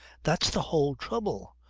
that's the whole trouble.